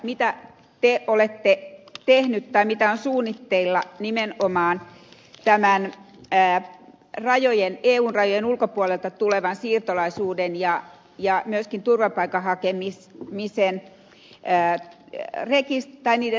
mitä te olette tehnyt tai mitä on suunnitteilla nimen omaan tänään ikään rajojen nimenomaan eun rajojen ulkopuolelta tulevien siirtolaisten ja myöskin turvapaikanhakijoiden rekisteröinnissä